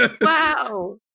Wow